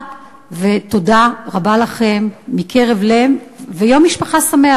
תודה רבה מקרב לב, ויום משפחה שמח.